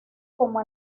como